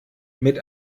mit